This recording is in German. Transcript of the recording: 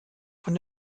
von